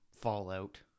fallout